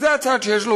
זה הצעד שיש לו,